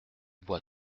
boit